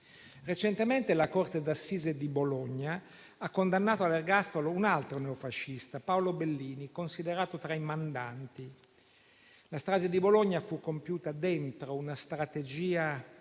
Recentemente la corte d'assise di Bologna ha condannato all'ergastolo un altro neofascista, Paolo Bellini, considerato tra i mandanti. La strage di Bologna fu compiuta dentro una strategia